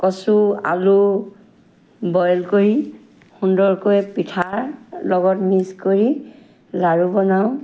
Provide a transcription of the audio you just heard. কচু আলু বইল কৰি সুন্দৰকৈ পিঠাৰ লগত মিক্স কৰি লাড়ু বনাওঁ